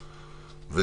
ירושלים,